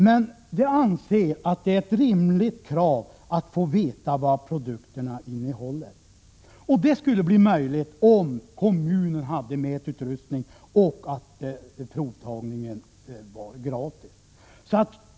Men vi anser att det är ett rimligt krav att få veta vad produkterna innehåller, och det skulle bli möjligt om kommunen hade mätutrustning och om provtagningen var gratis.